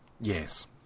Yes